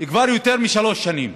כבר יותר משלוש שנים.